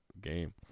game